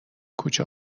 کوچه